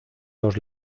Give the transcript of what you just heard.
los